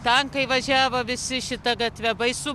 tankai važiavo visi šita gatve baisu